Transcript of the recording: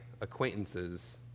acquaintances